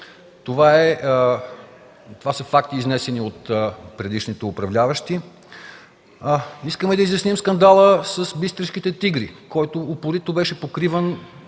Това са факти изнесени от предишните управляващи. Искаме да изясним скандала с „Бистришките тигри”, който упорито беше покриван